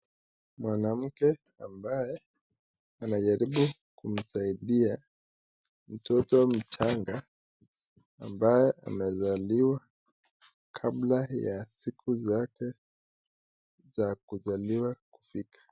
Mwanamke ambaye anajaribu kumsaidia mtoto mchanga ambaye amezaliwa kabla ya siku zake za kuzaliwa kufika.